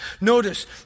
Notice